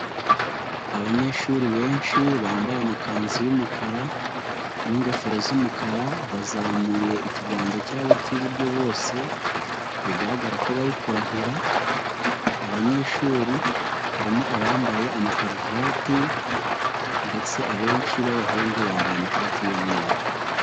Abanyeshuri benshi bambaye amakanzu y'umukara n'ingofero z'umukara, bazamuye ikiganza cyabo cy'iburyo bose, bigaragara ko bari kurahira, abanyeshuri harimo abambaye amakaruvati ndetse abenshi b'abahungu, bambaye amashati y'umweru.